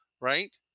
right